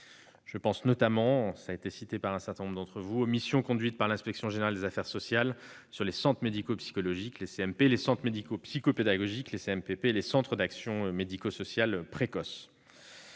Je pense notamment aux missions conduites par l'inspection générale des affaires sociales sur les centres médico-psychologiques (CMP), les centres médico-psycho-pédagogiques (CMPP) et les centres d'action médico-sociale précoce.